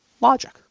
Logic